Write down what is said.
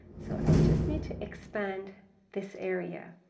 so i just need to expand this area,